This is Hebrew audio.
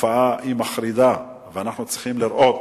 התופעה מחרידה, ואנחנו צריכים לראות